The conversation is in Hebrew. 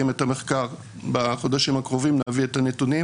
את המחקר בחודשים הקרובים ונביא את הנתונים